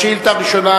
השאילתא הראשונה,